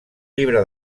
llibre